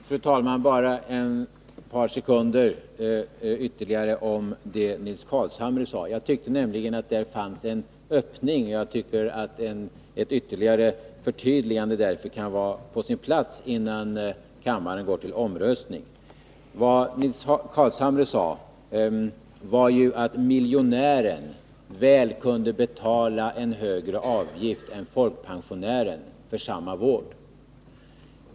Fru talman! Bara ett par sekunders inlägg ytterligare om det som Nils Carlshamre sade. Jag tycker nämligen att det där fanns en öppning och att ett ytterligare förtydligande kan vara på sin plats innan kammaren går till omröstning. Vad Nils Carlshamre sade var ju att miljonären väl kunde betala en högre avgift än folkpensionären för samma vård.